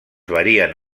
varien